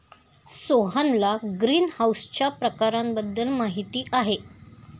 सोहनला ग्रीनहाऊसच्या प्रकारांबद्दल माहिती आहे